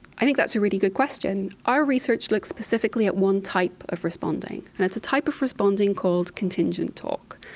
i think that's a really good question. our research looks specifically at one type of responding, and it's a type of responding called contingent talk.